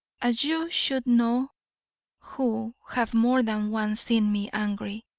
as you should know who have more than once seen me angry.